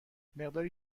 مقداری